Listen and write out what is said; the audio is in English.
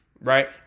right